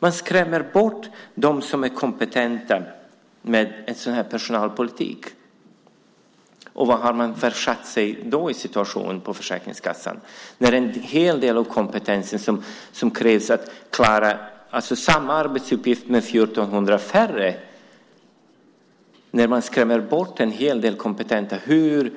Man skrämmer bort dem som är kompetenta med en sådan här personalpolitik. Vad har man då försatt sig i för situation på Försäkringskassan när 1 400 färre anställda ska klara samma arbetsuppgift som tidigare och en hel del av kompetensen har